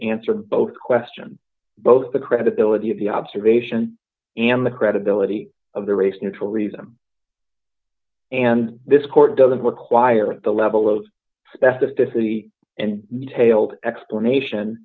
answer both question both the credibility of the observation and the credibility of the race neutral reason and this court doesn't require the level of specificity and tailed explanation